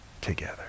together